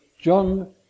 John